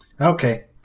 Okay